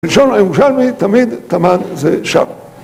בלשון הירושלמי תמיד תמן זה שם